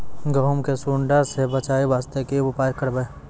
गहूम के सुंडा से बचाई वास्ते की उपाय करबै?